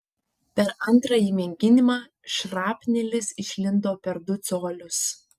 per antrąjį mėginimą šrapnelis išlindo per du colius